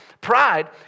Pride